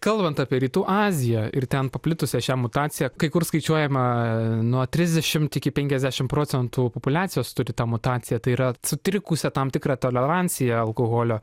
kalbant apie rytų aziją ir ten paplitusią šią mutaciją kai kur skaičiuojama nuo trisdešim iki penkiasdešim procentų populiacijos turi tą mutaciją tai yra sutrikusią tam tikrą toleranciją alkoholio